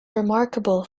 remarkable